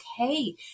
okay